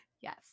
Yes